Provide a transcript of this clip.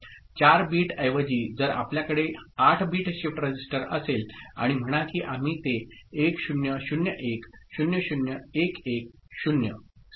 4 bit ऐवजी जर आपल्याकडे 8 बिट शिफ्ट रजिस्टर असेल आणि म्हणा की आम्ही ते 1 0 0 1 0 0 1 1 0 सह लोड केले आहे